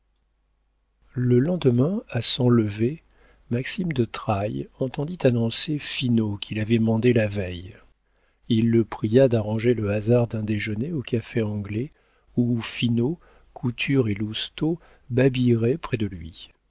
le lendemain à son lever maxime de trailles entendit annoncer finot qu'il avait mandé la veille il le pria d'arranger le hasard d'un déjeuner au café anglais où finot couture et lousteau babilleraient près de lui